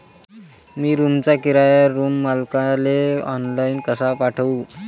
मी रूमचा किराया रूम मालकाले ऑनलाईन कसा पाठवू?